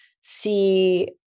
see